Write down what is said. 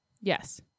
Yes